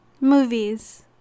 movies